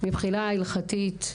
מבחינה הלכתית,